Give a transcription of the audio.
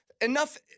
enough